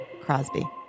crosby